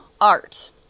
art